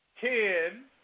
ten